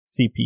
CPU